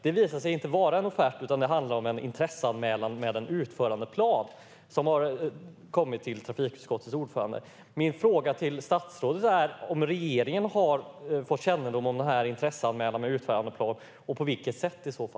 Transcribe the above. Det visade sig inte vara en offert, utan det handlade om en intresseanmälan med en utförandeplan som har kommit till trafikutskottets ordförande. Min fråga till statsrådet är om regeringen har fått kännedom om denna intresseanmälan och utförandeplan och i så fall på vilket sätt.